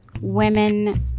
women